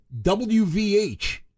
WVH